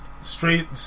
straight